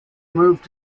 moved